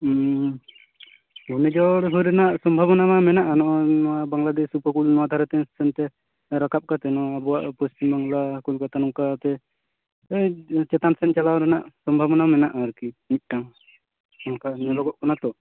ᱜᱷᱩᱨᱱᱤ ᱡᱷᱳᱲ ᱦᱩᱭ ᱨᱮᱱᱟ ᱥᱚᱢᱵᱷᱚᱵᱚᱱᱟ ᱢᱟ ᱢᱮᱱᱟ ᱱᱚᱜᱚᱭ ᱵᱟᱝᱞᱟᱫᱮᱥ ᱩᱯᱚᱠᱩᱞ ᱱᱚᱣᱟ ᱫᱷᱟᱨᱮ ᱥᱮᱱᱛᱮ ᱨᱟᱠᱟᱵ ᱠᱟᱛᱮ ᱱᱚᱣᱟ ᱟᱵᱳᱣᱟᱜ ᱯᱚᱪᱷᱤᱢ ᱵᱟᱝᱞᱟ ᱠᱳᱞᱠᱟᱛᱟ ᱱᱚᱝᱠᱟᱛᱮ ᱪᱮᱛᱟᱱ ᱥᱮᱡ ᱪᱟᱞᱟᱣ ᱨᱮᱱᱟ ᱥᱚᱢᱵᱷᱚᱵᱚᱱᱟ ᱢᱮᱱᱟ ᱟᱨ ᱟᱨᱠᱤ ᱢᱤᱫᱴᱮᱱ ᱚᱱᱠᱟ ᱧᱮᱞᱚᱜᱚᱜ ᱠᱟᱱᱟ ᱛᱚ